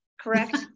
correct